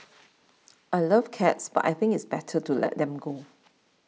I love cats but I think it's better to let them go